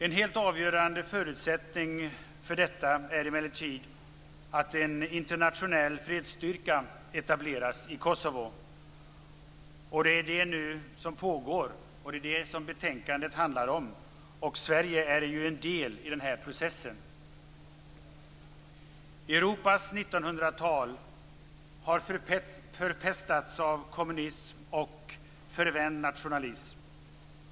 En helt avgörande förutsättning för detta är emellertid att en internationell fredsstyrka etableras i Kosovo. Det är det som nu pågår, och det är det som betänkandet handlar om. Sverige är en del i den processen. Europas 1900-tal har förpestats av kommunism och förvänd nationalism.